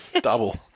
double